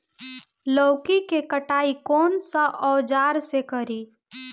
लौकी के कटाई कौन सा औजार से करी?